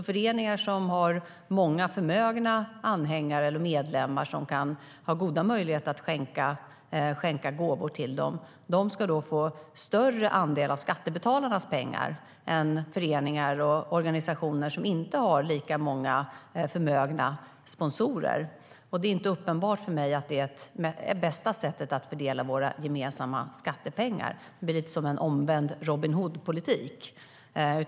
Föreningar som har många förmögna anhängare eller medlemmar som kan ha goda möjligheter att skänka gåvor till dem ska då få större andel av skattebetalarnas pengar än föreningar och organisationer som inte har lika många förmögna sponsorer. Det är inte uppenbart för mig att det är bästa sättet att fördela våra gemensamma skattepengar. Det blir lite som en omvänd Robin Hood-politik.